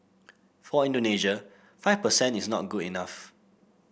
for Indonesia five per cent is not good enough